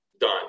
done